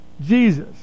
Jesus